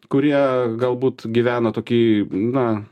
kurie galbūt gyvena tokį na